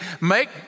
make